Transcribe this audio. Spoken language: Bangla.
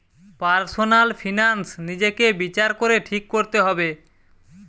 পার্সনাল ফিনান্স নিজেকে বিচার করে ঠিক কোরতে হবে